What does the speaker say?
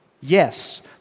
Yes